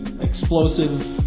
explosive